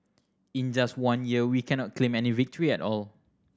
in just one year we cannot claim any victory at all